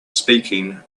speaking